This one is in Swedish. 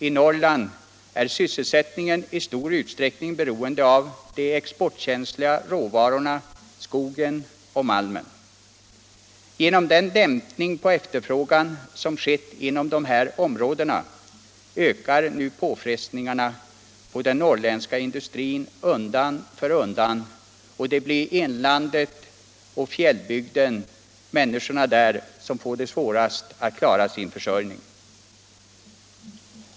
I Norrland är sysselsättningen i stor utsträckning beroende av de exportkänsliga råvarorna skogen och malmen. Genom den dämpning av efterfrågan som skett inom dessa områden ökar nu påfrestningarna på den norrländska industrin undan för undan, och det blir människorna i inlandet och fjällbygden som får det svårast att klara sin försörjning.